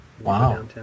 wow